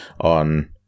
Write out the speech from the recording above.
on